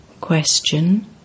Question